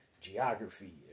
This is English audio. geography